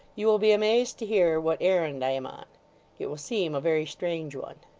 you will be amazed to hear what errand i am on it will seem a very strange one